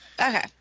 Okay